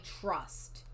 trust